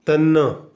ਤਿੰਨ